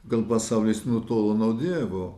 gal pasaulis nutolo nuo dievo